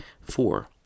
Four